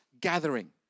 gathering